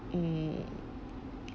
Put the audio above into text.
mm